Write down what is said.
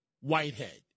Whitehead